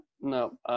No